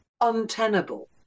untenable